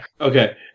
Okay